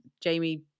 Jamie